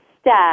step